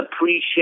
appreciate